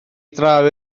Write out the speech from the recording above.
draw